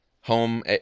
home